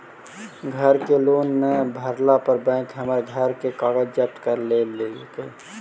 घर के लोन न भरला पर बैंक हमर घर के कागज जब्त कर लेलई